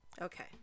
Okay